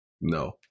no